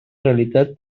realitat